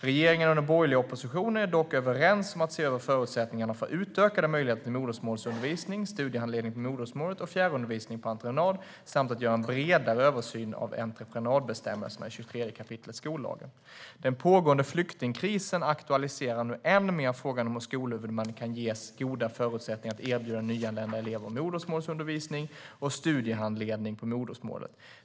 Regeringen och den borgerliga oppositionen är dock överens om att se över förutsättningarna för utökade möjligheter till modersmålsundervisning, studiehandledning på modersmålet och fjärrundervisning på entreprenad samt göra en bredare översyn av entreprenadbestämmelserna i 23 kap. skollagen. Den pågående flyktingkrisen aktualiserar nu än mer frågan om hur skolhuvudmän kan ges goda förutsättningar att erbjuda nyanlända elever modersmålsundervisning och studiehandledning på modersmålet.